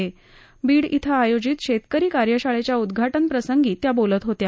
त्या बीड इथं आयोजित शेतकरी कार्यशाळेच्या उदघाटन प्रसंगी त्या बोलत होत्या